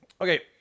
okay